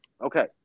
Okay